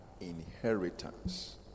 inheritance